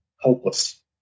hopeless